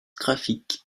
graphique